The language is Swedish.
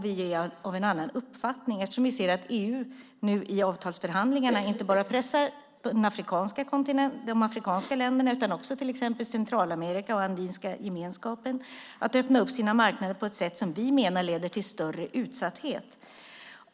Vi är av en annan uppfattning eftersom vi ser att EU nu i avtalsförhandlingarna inte bara pressar de afrikanska länderna utan också till exempel Centralamerika och Andinska gemenskapen att öppna upp sina marknader på ett sätt som vi menar leder till större utsatthet.